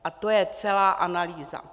A to je celá analýza.